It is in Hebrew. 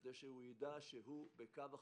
כדי שהוא יידע שהוא בקו החזית.